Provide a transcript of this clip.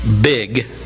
big